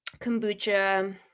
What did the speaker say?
kombucha